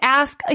ask